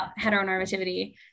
heteronormativity